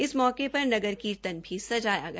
इस मौके पर नगर कीर्तन भी सजाया गया